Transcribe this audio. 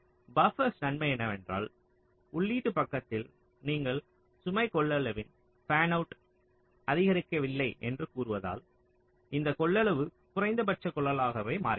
buffers நன்மை என்னவென்றால் உள்ளீட்டு பக்கத்தில் நீங்கள் சுமை கொள்ளளவின் ஃபேன்அவுட் அதிகரிக்கவில்லை என்று கூறுவதால் இந்த கொள்ளளவு குறைந்தபட்ச கொள்ளளவாகவே மாறுகிறது